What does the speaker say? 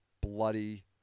bloody